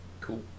Cool